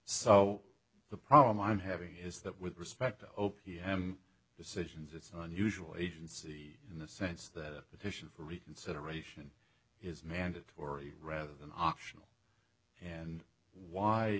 so the problem i'm having is that with respect to o p m decisions it's unusual agency in the sense that petition for reconsideration is mandatory rather than optional and why